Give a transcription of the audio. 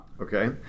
Okay